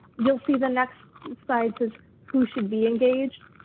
you'll see the next slide says who should be engaged.